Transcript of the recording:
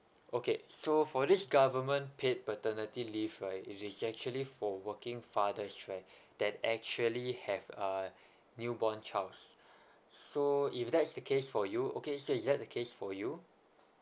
okay so for this government paid paternity leave right it is actually for working fathers right that actually have a newborn childs so if that is the case for you okay so is that the case for you